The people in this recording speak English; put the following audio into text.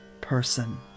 person